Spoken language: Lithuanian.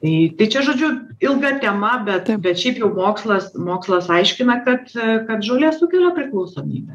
tai tai čia žodžiu ilga tema bet bet šiaip jau mokslas mokslas aiškina kad kad žolė sukelia priklausomybę